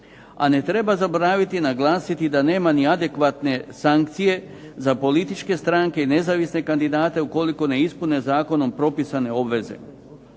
A ne treba zaboraviti naglasiti da nema ni adekvatne sankcije za političke stranke i nezavisne kandidate ukoliko ne ispune zakonom propisane obveze,